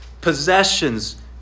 possessions